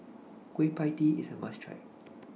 Kueh PIE Tee IS A must Try